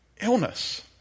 illness